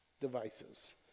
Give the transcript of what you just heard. devices